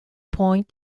point